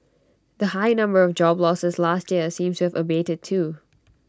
the high number of job losses last year seems to have abated too